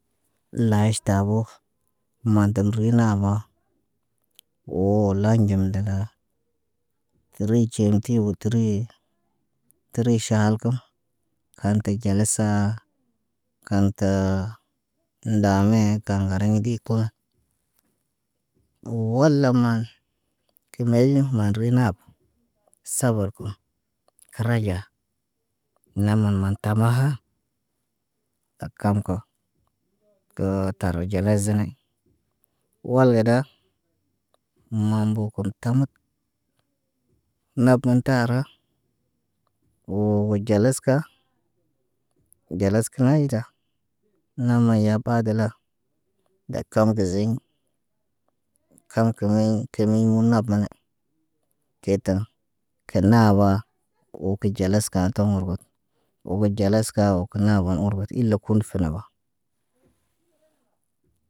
Laaʃtabo. Manda rinaa. Woo laaɟim dedaa. Təri ɟiti wo təri. Təriʃaalkə. Kaante ɟalasa. Kaataa ndame kaŋgareɲ gi kuwa. Woola maa, kimeri maan re naap. Saaa kə, kə raɟa. Nama maa tamaha akam ko, təə tar ɟenezene. Wal gəda, mambo kun tamak. Napən taara, woo, wo ɟalaska, ɟalas kə ayda. Nam yapadəla dakom kə ziɲ kam kime kilmiɲ mun nap na ne. Teeta, kə naaba wo ki ɟalas kaatoŋg murgut. Wo kə ɟalas kaa wo, kə naba urbut ilaa kundu kə naba.